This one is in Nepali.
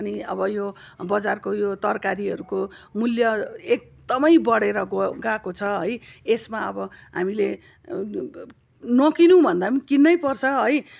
अनि अब यो बजारको यो तरकारीहरूको मूल्य एकदमै बढेर गयो गएको छ है यसमा अब हामीले नकिनौँ भन्दा पनि किन्नै पर्छ है